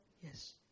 Yes